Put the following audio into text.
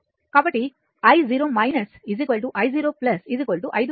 కాబట్టి i i0 5 ampere అవుతుంది